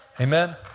Amen